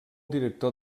director